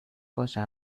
باشن